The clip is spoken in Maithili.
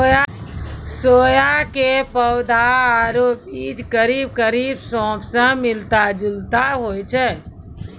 सोया के पौधा आरो बीज करीब करीब सौंफ स मिलता जुलता होय छै